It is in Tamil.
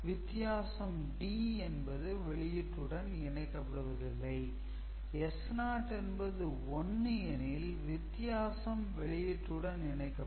வித்தியாசம் d என்பது வெளியீட்டுடன் இணைக்கப்படுவதில்லை S0 என்பது 1 எனில் வித்தியாசம் வெளியீட்டுடன் இணைக்கப்படும்